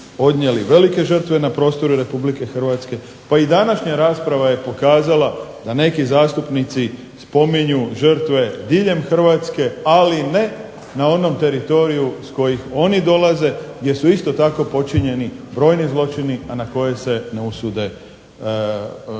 velike žrtve na prostoru Republike Hrvatske pa i današnja rasprava je pokazala da neki zastupnici spominju žrtve diljem Hrvatske, ali ne na onom teritoriju s kojih oni dolaze jer su isto tako počinjeni brojni zločini, a na koje se ne usude osvrnuti.